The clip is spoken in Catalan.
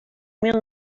mil